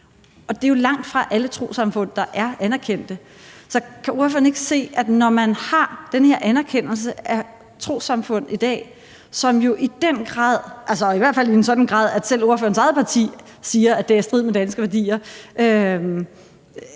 det er jo langtfra alle trossamfund, der er anerkendte, så kan ordføreren ikke se, at når man i dag har den her anerkendelse af trossamfund, som jo i den grad – altså i hvert fald i en sådan grad, at selv ordførerens eget parti siger det – er i strid med danske værdier,